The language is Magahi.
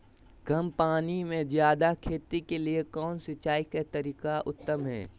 कम पानी में जयादे खेती के लिए कौन सिंचाई के तरीका उत्तम है?